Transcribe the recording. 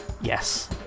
yes